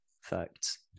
Facts